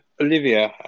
Olivia